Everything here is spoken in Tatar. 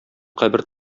кабер